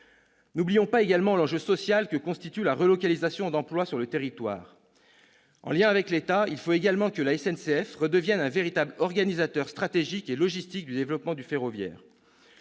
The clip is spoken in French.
N'oublions pas également l'enjeu social que constitue la relocalisation d'emplois sur le territoire. En lien avec l'État, il faut que la SCNF redevienne un véritable organisateur stratégique et logistique du développement du ferroviaire.